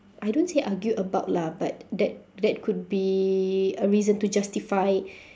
I don't say argue about lah but that that could be a reason to justify